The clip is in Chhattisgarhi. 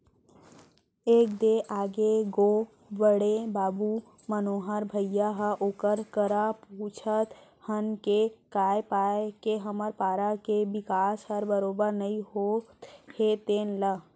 ए दे आगे गो बड़े बाबू मनोहर भइया ह ओकरे करा पूछत हन के काय पाय के हमर पारा के बिकास हर बरोबर नइ होत हे तेन ल